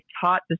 taught